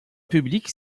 publique